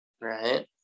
right